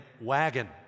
wagon